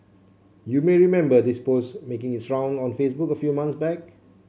you may remember this post making its round on Facebook a few month back